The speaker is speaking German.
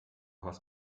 hast